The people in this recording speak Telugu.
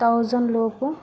థౌసండ్ లోపు